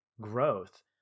growth